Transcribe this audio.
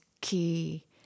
key